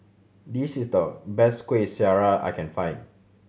this is the best Kueh Syara I can find